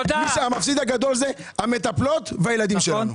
המפסיד הגדול זה המטפלות והילדים שלנו.